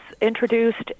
introduced